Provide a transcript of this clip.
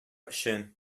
өчен